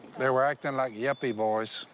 they were acting like yuppie boys.